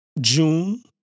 June